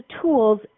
tools